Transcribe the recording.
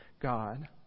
God